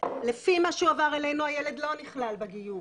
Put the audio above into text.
לפי מה שהועבר אלינו הילד לא נכלל בגיור.